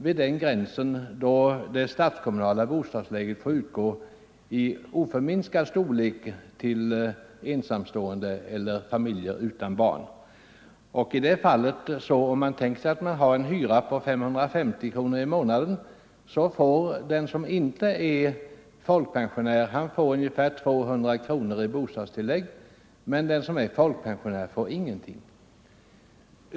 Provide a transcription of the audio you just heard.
Vid den gränsen får det statskommunala bostadstillägget utgå i oförminskad storlek till ensamstående eller familjer utan barn. Om man har en hyra på 550 kronor i månaden, så får den som inte är folkpensionär ungefär 200 kronor i bostadstillägg, medan den som är folkpensionär får ingenting.